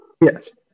yes